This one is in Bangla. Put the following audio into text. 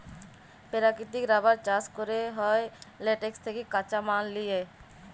পেরাকিতিক রাবার চাষ ক্যরা হ্যয় ল্যাটেক্স থ্যাকে কাঁচা মাল লিয়ে